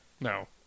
No